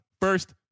First